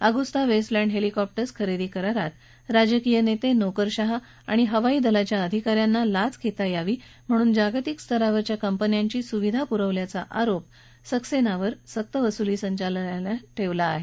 Agusta Westland helicopters खरेदी करारात राजकीय नेते नोकरशहा आणि हवाईदलाच्या अधिका यांना लाच घेता यावी म्हणून जागतिक स्तरावरच्या कंपन्यांची सुविधा पुरवल्याचा आरोप सक्सेनावर सक्तवसुली संचालनालयानं ठेवला आहे